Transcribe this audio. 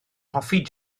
hoffi